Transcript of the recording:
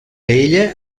ella